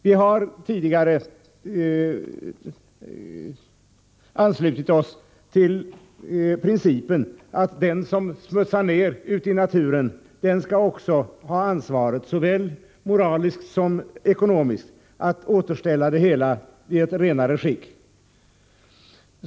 Vi har tidigare anslutit oss till principen att den som smutsar ner naturen också skall ha ansvaret, såväl moraliskt som ekonomiskt, för att återställa det hela i ett renare skick.